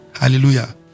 Hallelujah